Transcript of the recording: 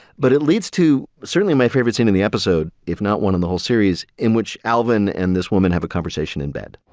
but it leads to certainly my favorite scene in the episode, if not one in the whole series, in which alvin and this woman have a conversation in bed.